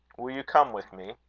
will you come with me?